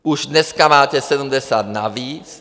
Už dneska máte 70 navíc.